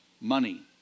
money